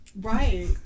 Right